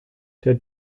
der